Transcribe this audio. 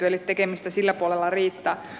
eli tekemistä sillä puolella riittää